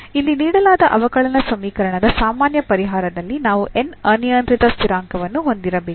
ಇಲ್ಲಿ ನೀಡಲಾದ ಅವಕಲನ ಸಮೀಕರಣದ ಸಾಮಾನ್ಯ ಪರಿಹಾರದಲ್ಲಿ ನಾವು n ಅನಿಯಂತ್ರಿತ ಸ್ಥಿರಾಂಕವನ್ನು ಹೊಂದಿರಬೇಕು